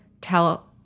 tell